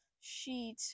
sheet